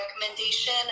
recommendation